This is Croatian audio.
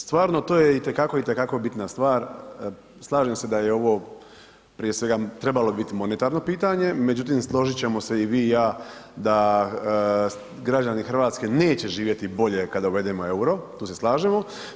Stvarno to je itekako, itekako bitna stvar, slažem se da je ovo prije svega trebalo biti monetarno pitanje međutim, složit ćemo se i vi i ja da građani Hrvatske neće živjeti bolje kada uvedemo euro, tu se slažemo.